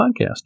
Podcast